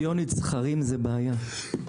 אבולוציונית זכרים זה בעיה,